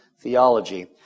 theology